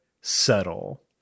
subtle